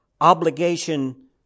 obligation